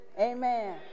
Amen